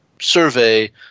survey